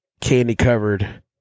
candy-covered